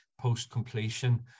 post-completion